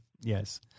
Yes